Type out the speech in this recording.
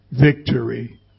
victory